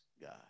God